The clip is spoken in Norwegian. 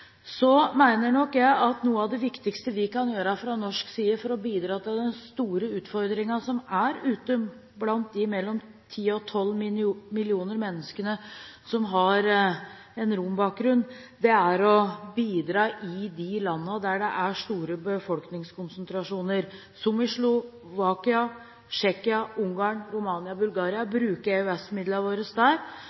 Så mener nok jeg at noe av det viktigste vi kan gjøre fra norsk side for å møte den store utfordringen der ute blant de mellom 10 og 12 millioner menneskene som har en rombakgrunn, er å bidra i de landene der det er store befolkningskonsentrasjoner, som i Slovakia, Tsjekkia, Ungarn, Romania og Bulgaria, og bruke EØS-midlene våre der. Slik kan vi få bedret livsvilkårene for personer der